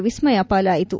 Vismaya ಪಾಲಾಯಿತು